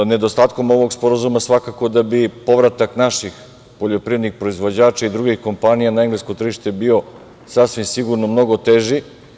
Nedostatkom ovog sporazuma svakako da bi povratak naših poljoprivrednik proizvođača i drugih kompanija na englesko tržište bio sasvim sigurno mnogo teži.